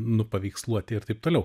nupaveiksluoti ir taip toliau